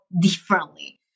differently